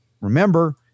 Remember